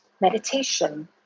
meditation